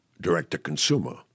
direct-to-consumer